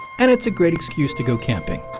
and its a great excuse to go camping.